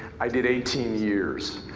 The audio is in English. i did eighteen years.